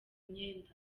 myenda